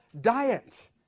diet